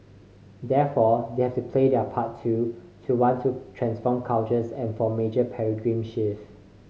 therefore they have to play their part too to want to transform cultures and for a major paradigm shift